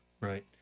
right